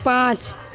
पाँच